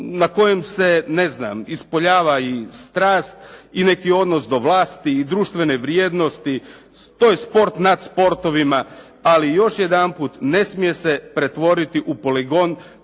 na kojem se ne znam ispoljava i strast i neki odnos do vlasti i društvene vrijednosti. To je sport nad sportovima. Ali još jedanput ne smije se pretvoriti u poligon